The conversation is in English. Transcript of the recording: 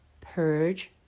purge